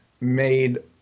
made